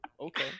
Okay